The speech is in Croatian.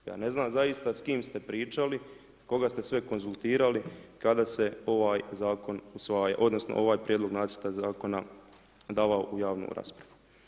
Ja ne znam zaista s kim ste pričali, koga ste sve konzultirali kada se ovaj zakon usvajao odnosno ovaj prijedlog nacrta zakona davao u javnu raspravu.